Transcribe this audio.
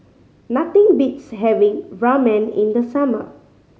nothing beats having Ramen in the summer